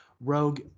rogue